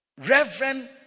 Reverend